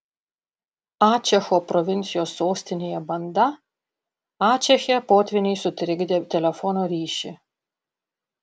ačecho provincijos sostinėje banda ačeche potvyniai sutrikdė telefono ryšį